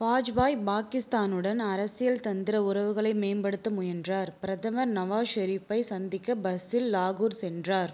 வாஜ்பாய் பாகிஸ்தானுடன் அரசியல் தந்திர உறவுகளை மேம்படுத்த முயன்றார் பிரதமர் நவாஸ் ஷெரீப்பை சந்திக்க பஸ்ஸில் லாகூர் சென்றார்